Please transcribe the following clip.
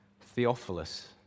Theophilus